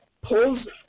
pulls